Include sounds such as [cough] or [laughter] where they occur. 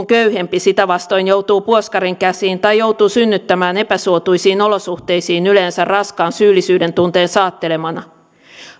[unintelligible] köyhempi sitä vastoin joutuu puoskarin käsiin tai joutuu synnyttämään epäsuotuisiin olosuhteisiin yleensä raskaan syyllisyyden tunteen saattelemana